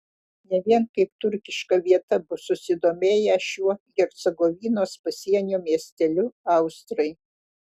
ne vien kaip turkiška vieta bus susidomėję šiuo hercegovinos pasienio miesteliu austrai